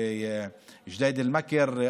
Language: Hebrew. ג'דיידה-מכר,